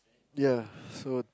ya so